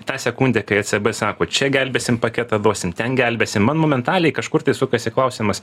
tą sekundę kai ecb sako čia gelbėsim paketą duosim ten gelbėsim man momentaliai kažkur tai sukasi klausimas